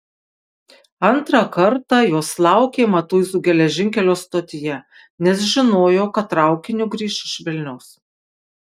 antrą kartą jos laukė matuizų geležinkelio stotyje nes žinojo kad traukiniu grįš iš vilniaus